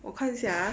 我看一下